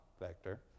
vector